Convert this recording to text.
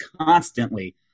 constantly